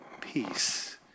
peace